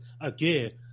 again